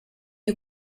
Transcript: you